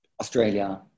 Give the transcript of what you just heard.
Australia